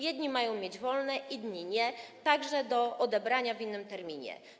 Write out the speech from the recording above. Jedni mają mieć wolne, inni nie, także do odebrania w innym terminie.